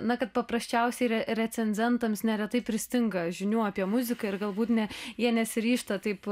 na kad paprasčiausiai recenzentams neretai pristinga žinių apie muziką ir galbūt ne jie nesiryžta taip